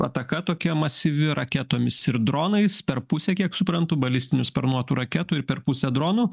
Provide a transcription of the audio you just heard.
ataka tokia masyvi raketomis ir dronais per puse kiek suprantu balistinių sparnuotų raketų ir per puse dronų